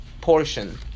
portion